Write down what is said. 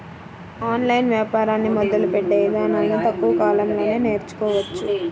online వ్యాపారాన్ని మొదలుపెట్టే ఇదానాలను తక్కువ కాలంలోనే నేర్చుకోవచ్చు